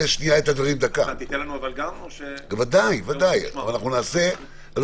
תיתן לנו גם או שבאנו רק לשמוע אותך?